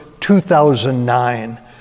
2009